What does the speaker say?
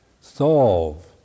solve